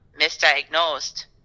misdiagnosed